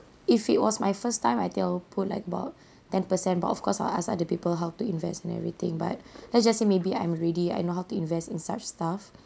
if it was my first time I think I'll put like about ten per cent but of course I'll ask other people how to invest and everything but lets just say maybe I'm ready I know how to invest in such stuff